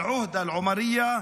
אלעוהדה אלעומריה,